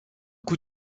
coup